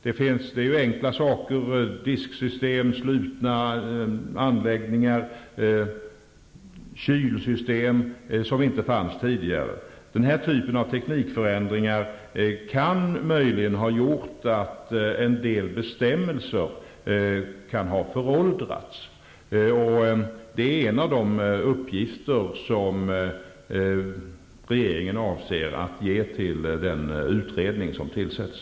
Jag tänker på enkla saker som disksystem, slutna anläggningar och kylsystem, som inte fanns tidigare. Den typen av teknikförändringar kan möjligen ha gjort att en del bestämmelser har blivit föråldrade. Att utreda det är en av de uppgifter som regeringen avser att ge den utredning som tillsätts.